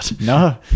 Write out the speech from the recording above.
No